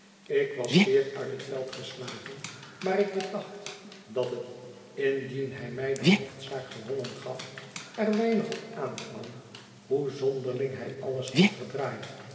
ik was zeer uit het veld geslagen maar ik bedacht dat het indien hij mij de hoofdzaak gewonnen gaf er weinig op aankwam hoe zonderling hij alles had verdraaid